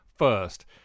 first